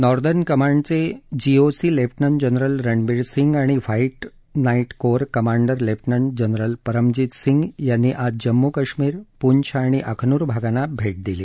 northern कमांडचे G O C lieutenant general Ranbir Singh आणि white knight corps commander lieutenant general Paramjit Singh यांनी आज जम्मू काश्मीर पूंछ आणि अखनुर भागांना आज भेट दिली